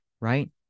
right